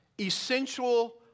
essential